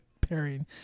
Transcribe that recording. pairing